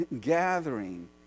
gathering